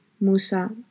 Musa